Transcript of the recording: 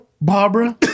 Barbara